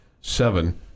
seven